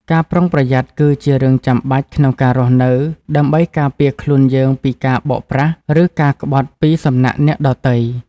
ការប្រុងប្រយ័ត្នគឺជារឿងចាំបាច់ក្នុងការរស់នៅ ដើម្បីការពារខ្លួនយើងពីការបោកប្រាស់ ឬការក្បត់ពីសំណាក់អ្នកដទៃ។